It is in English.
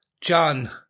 John